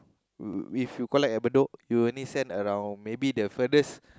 if you collect are but no you only send around maybe the furthest